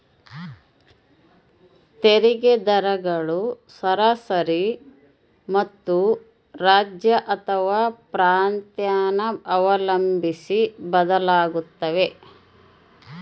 ತೆರಿಗೆ ದರಗಳು ಸರಾಸರಿ ಮತ್ತು ರಾಜ್ಯ ಅಥವಾ ಪ್ರಾಂತ್ಯನ ಅವಲಂಬಿಸಿ ಬದಲಾಗುತ್ತವೆ